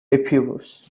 epirus